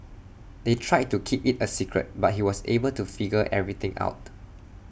they tried to keep IT A secret but he was able to figure everything out